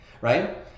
right